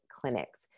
Clinics